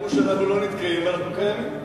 אמרו שאנחנו לא נתקיים, ואנחנו קיימים.